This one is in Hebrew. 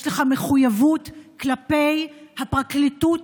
יש לך מחויבות כלפי הפרקליטות,